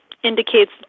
indicates